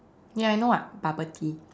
ya I know [what] bubble tea